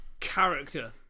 character